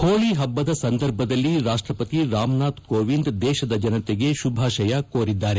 ಹೋಳಿ ಸಂದರ್ಭದಲ್ಲಿ ರಾಷ್ಷಪತಿ ರಾಮನಾಥ್ ಕೋವಿಂದ್ ದೇಶದ ಜನತೆಗೆ ಶುಭಾಶಯ ಕೋರಿದ್ದಾರೆ